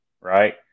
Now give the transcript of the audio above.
Right